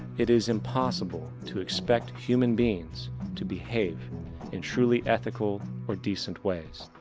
it is impossible to expect human beings to behave in truly ethical or decent ways.